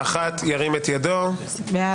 חמש